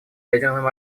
ядерным